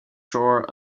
shore